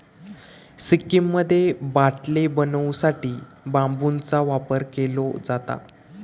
सिक्कीममध्ये बाटले बनवू साठी बांबूचा वापर केलो जाता